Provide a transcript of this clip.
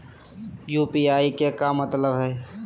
UPI के का मतलब हई?